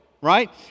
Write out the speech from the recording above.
right